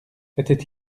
était